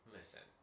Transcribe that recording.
listen